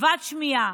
כבד שמיעה.